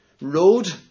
road